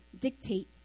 dictate